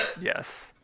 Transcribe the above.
Yes